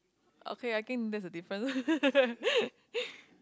okay I think there's a difference